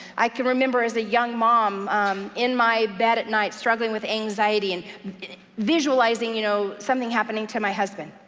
i can remember as a young mom in my bed at night, struggling with anxiety, and visualizing you know something happening to my husband,